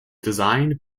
designed